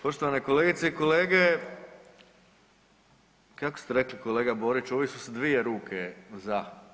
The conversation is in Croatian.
Poštovane kolegice i kolege, kako ste rekli kolega Boriću ovu si su s dvije ruke za.